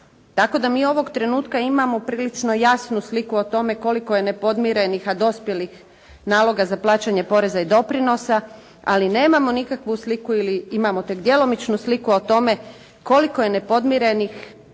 Tako da mi ovog trenutka imamo prilično jasnu sliku o tome koliko je nepodmirenih, a dospjelih naloga za plaćanje poreza i doprinosa. Ali nemamo nikakvu sliku ili imamo tek djelomičnu sliku o tome koliko je nepodmirenih